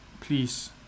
Please